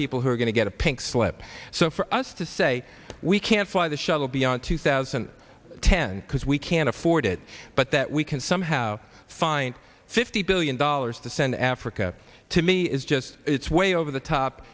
people who are going to get a pink slip so for us to say we can't fly the shuttle beyond two thousand and ten because we can't afford it but that we can somehow find fifty billion dollars to send africa to me is just it's way over the top